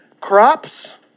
crops